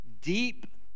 deep